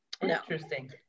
Interesting